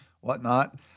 whatnot